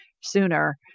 sooner